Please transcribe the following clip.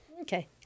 Okay